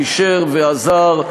פישר ועזר.